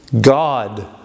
God